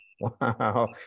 Wow